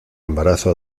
embarazo